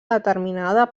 determinada